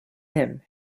him